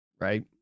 Right